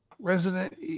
Resident